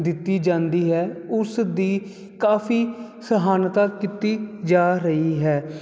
ਦਿੱਤੀ ਜਾਂਦੀ ਹੈ ਉਸ ਦੀ ਕਾਫੀ ਸਹਾਨਤਾ ਕੀਤੀ ਜਾ ਰਹੀ ਹੈ